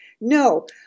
No